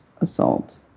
assault